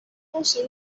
باشه